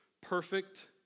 perfect